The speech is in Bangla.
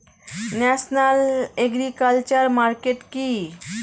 ন্যাশনাল এগ্রিকালচার মার্কেট কি?